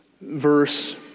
verse